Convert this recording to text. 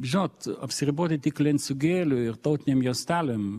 žinot apsiriboti tik lenciūgėliu ir tautinėm juostelėm